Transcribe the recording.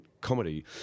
comedy